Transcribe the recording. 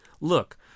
look